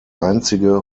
einzige